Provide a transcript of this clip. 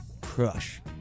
crush